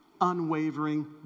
unwavering